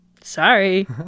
Sorry